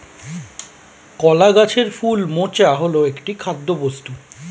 কলা গাছের ফুল মোচা হল একটি খাদ্যবস্তু